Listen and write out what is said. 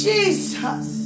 Jesus